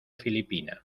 filipina